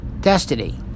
destiny